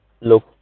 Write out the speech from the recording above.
look